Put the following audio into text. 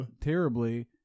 terribly